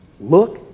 look